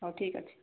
ହେଉ ଠିକ୍ ଅଛି